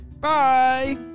Bye